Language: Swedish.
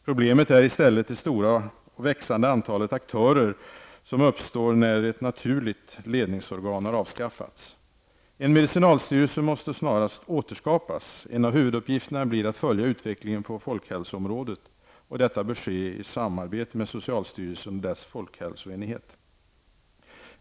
Problemet är i stället de stora och växande antalet aktörer som uppstår när ett naturligt ledningsorgan har avskaffats. En medicinalstyrelse måste snarast återskapas. En av huvuduppgifterna blir att följa utvecklingen på folkhälsoområdet. Detta bör ske i samarbete med socialstyrelsen och dess folkhälsoenhet.